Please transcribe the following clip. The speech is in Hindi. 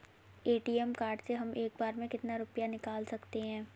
ए.टी.एम कार्ड से हम एक बार में कितना रुपया निकाल सकते हैं?